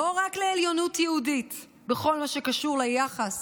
לא רק לעליונות יהודית בכל מה שקשור ליחס